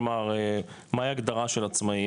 כלומר מה ההגדרה של עצמאי?